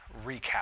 recap